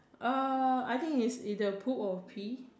uh I think its either a poop or a pee